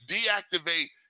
Deactivate